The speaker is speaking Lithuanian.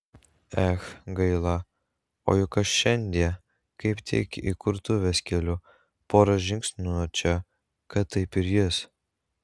ech gaila o juk aš šiandie kaip tik įkurtuves keliu pora žingsnių nuo čia kad taip ir jis